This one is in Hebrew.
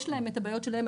יש להם את הבעיות שלהם,